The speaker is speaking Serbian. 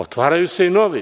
Otvaraju se i novi.